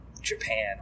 Japan